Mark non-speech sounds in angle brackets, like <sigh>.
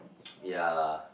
<noise> yeah